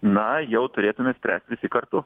na jau turėtume spręst visi kartu